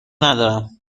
ندارم